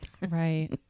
Right